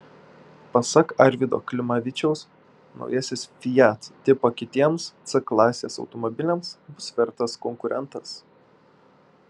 pasak arvydo klimavičiaus naujasis fiat tipo kitiems c klasės automobiliams bus vertas konkurentas